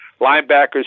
linebackers